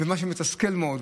מה שמתסכל מאוד,